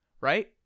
right